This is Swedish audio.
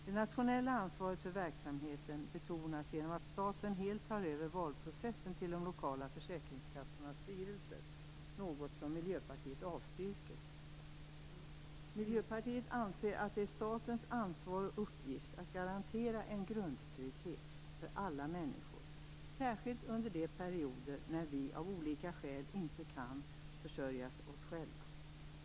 Det nationella ansvaret för verksamheten betonas genom att staten helt tar över processen för val till de lokala försäkringskassornas styrelser, något som Miljöpartiet anser att det är statens ansvar och uppgift att garantera en grundtrygghet för alla människor, särskilt under de perioder när vi av olika skäl inte kan försörja oss själva.